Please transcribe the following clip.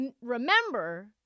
Remember